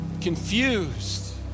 confused